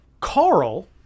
Carl